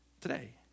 today